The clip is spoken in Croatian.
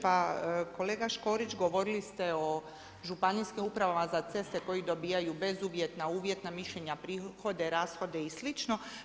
Pa kolega Škorić govorili ste o Županijskim upravama za ceste koje dobivaju bezuvjetna, uvjetna mišljenja, prihode rashode i sl.